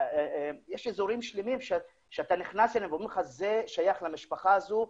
יש אזורים שלמים שאתה נכנס אליהם ואומרים לך: זה שייך למשפחה הזו,